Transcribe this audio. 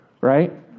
Right